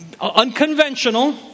unconventional